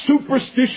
superstitious